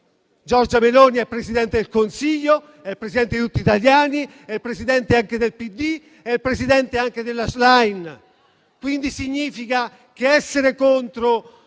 Giorgia Meloni è il Presidente del Consiglio, è il Presidente di tutti gli italiani, è il Presidente anche del PD ed è il Presidente anche della Schlein. Essere contro